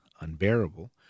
unbearable